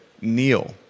Neil